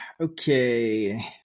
Okay